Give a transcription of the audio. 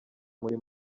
muri